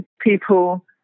people